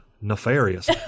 nefarious